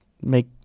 make